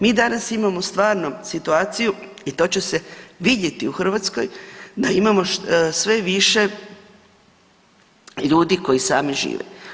Mi danas imamo stvarno situaciju i to će se vidjeti u Hrvatskoj da imamo sve više ljudi koji sami žive.